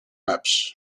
maps